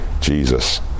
Jesus